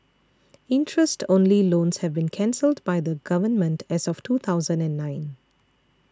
interest only loans have been cancelled by the Government as of two thousand and nine